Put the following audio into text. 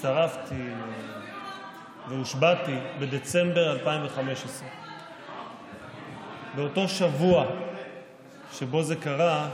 הצטרפתי והושבעתי בדצמבר 2015. באותו שבוע שבו זה קרה,